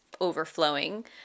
overflowing